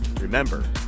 Remember